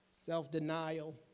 self-denial